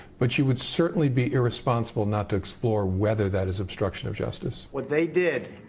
but you would certainly be irresponsible not to explore whether that is obstruction of justice. what they did,